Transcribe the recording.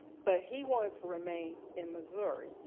but he wanted to remain in missouri,